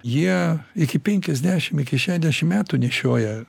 jie iki penkiasdešim iki šešiasdešim metų nešioja